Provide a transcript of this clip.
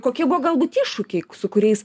kokie buvo galbūt iššūkiai su kuriais